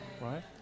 right